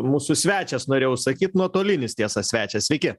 mūsų svečias norėjau sakyt nuotolinis tiesa svečias sveiki